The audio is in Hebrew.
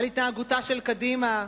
על התנהגותה של קדימה.